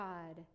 God